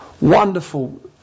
wonderful